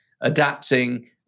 adapting